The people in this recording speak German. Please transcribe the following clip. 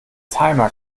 timer